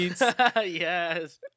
Yes